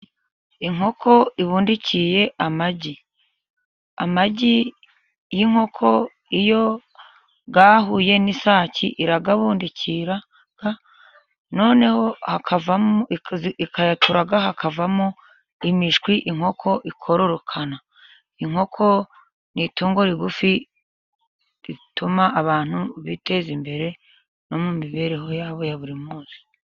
Inkoko ibundikiye amagi. Amagi y'inkoko iyo yahuye n'isake irayabundikira, noneho ikayaturaga, hakavamo imishwi, inkoko ikororokana. Inkoko ni itungo rigufi, rituma abantu biteza imbere, no mu mibereho ya bo ya buri munsi.